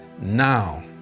now